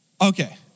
Okay